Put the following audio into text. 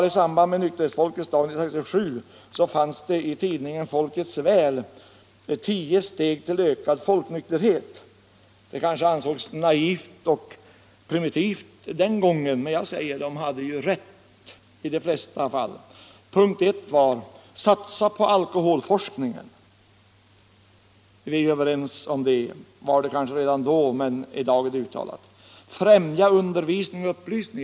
I samband med Folknykterhetens dag 1967 kunde man läsa i tidningen Folkets Väl: ” 10 steg till ökad folknykterhet.” Det kanske ansågs naivt och primitivt den gången, men tidningen hade ju rätt! Punkten 1 löd: satsa på alkoholforskningen. — Vi är överens om det. Det var vi kanske redan då, men i dag är det kravet allmänt uttalat. Punkten 2: främja undervisning och upplysning.